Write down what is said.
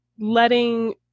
letting